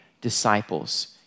disciples